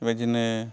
बिदिनो